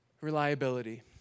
Reliability